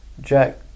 Jack